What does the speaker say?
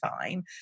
fine